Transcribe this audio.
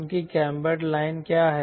उनकी cambered line क्या हैं